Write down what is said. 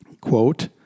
Quote